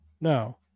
No